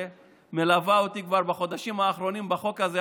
שמלווה אותי בחודשים האחרונים בחוק הזה,